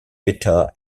bitter